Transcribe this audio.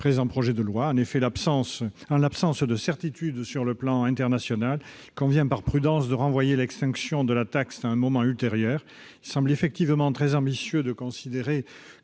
de loi. En l'absence de certitudes sur le plan international, il convient, par prudence, de renvoyer l'extinction de la taxe à un moment ultérieur. Il semble effectivement très ambitieux de considérer